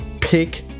pick